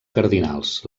cardinals